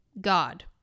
God